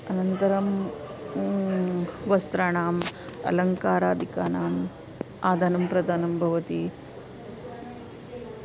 अनन्तरं वस्त्राणाम् अलङ्कारादिकानाम् आदानं प्रदानं भवति